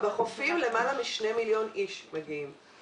למעלה מ-2 מיליון איש מגיעים אל החופים.